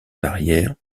barrières